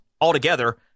altogether